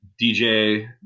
DJ